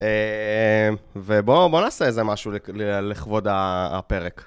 ובואו נעשה איזה משהו לכבוד הפרק.